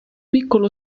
piccolo